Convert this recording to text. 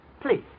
Please